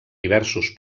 diversos